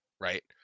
right